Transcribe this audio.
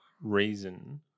reason